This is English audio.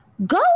Go